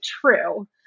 true